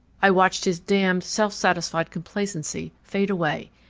i watched his damned, self-satisfied complacency fade away.